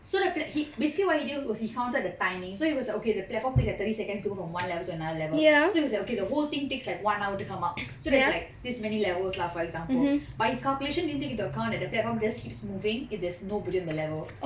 so the plat~ basically what he did was he counted the timing so he was like okay the platform take like thirty seconds to go from one level to another level so he was like okay the whole thing takes like one hour to come up so there's like this many levels lah for example but his calculation didn't take into account that the platform just keeps moving if there's nobody in the level